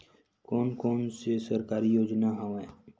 कोन कोन से सरकारी योजना हवय?